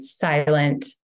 silent